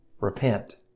Repent